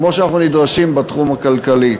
כמו שאנחנו נדרשים בתחום הכלכלי.